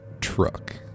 truck